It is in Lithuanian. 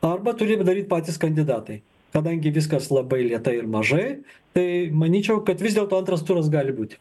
arba turi daryt patys kandidatai kadangi viskas labai lėtai ir mažai tai manyčiau kad vis dėlto antras turas gali būti